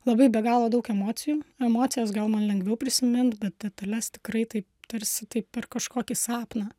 labai be galo daug emocijų emocijas gal man lengviau prisimint bet detales tikrai taip tarsi taip per kažkokį sapną